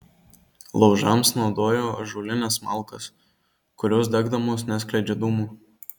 laužams naudojo ąžuolines malkas kurios degdamos neskleidžia dūmų